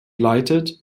leitet